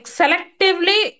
selectively